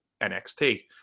NXT